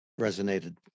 resonated